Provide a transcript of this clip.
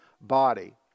body